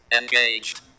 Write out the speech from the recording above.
engaged